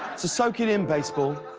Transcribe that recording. so soak it in, baseball,